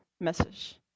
message